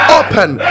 open